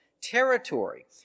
territory